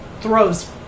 throws